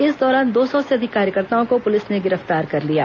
इस दौरान दो सौ से अधिक कार्यकर्ताओं को पुलिस ने गिरफ्तार कर लिया